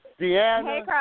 Deanna